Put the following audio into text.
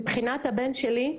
מבחינת הבן שלי,